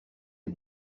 les